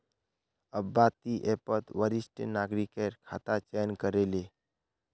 अब्बा ती ऐपत वरिष्ठ नागरिकेर खाता चयन करे ले